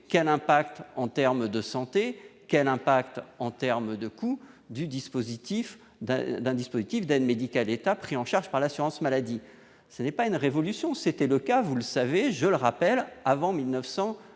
quel impact en terme de santé quel impact en terme de coût du dispositif d'un d'un dispositif d'aide médicale État pris en charge par l'assurance maladie, ce n'est pas une révolution, c'était le cas, vous le savez, je le rappelle, avant 1993